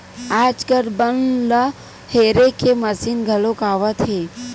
आजकाल बन ल हेरे के मसीन घलो आवत हे